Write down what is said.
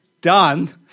done